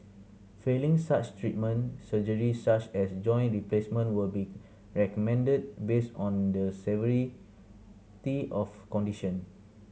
failing such treatment surgery such as joint replacement will be recommended based on the severity of condition